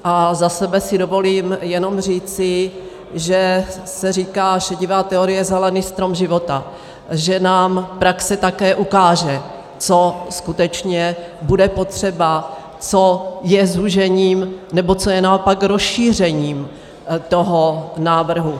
A za sebe si dovolím jenom říci, že se říká šedivá teorie, zelený strom života, že nám praxe také ukáže, co skutečně bude potřeba, co je zúžením, nebo co je naopak rozšířením toho návrhu.